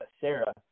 Sarah